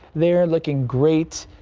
they're looking great.